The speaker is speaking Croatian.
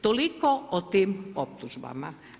Toliko o tim optužbama.